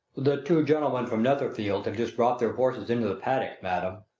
the two gentlemen from netherfield have just brought their horses into the paddock, madam.